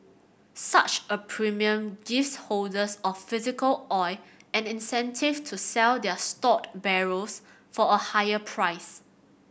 such a premium gives holders of physical oil an incentive to sell their stored barrels for a higher price